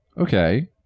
Okay